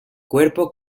cuerpo